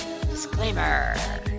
Disclaimer